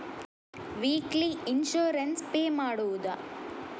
Weekly insurance pay ಮಾಡುವುದ?